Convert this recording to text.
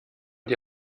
die